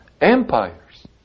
empires